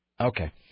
okay